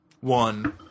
One